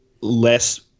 less